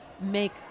make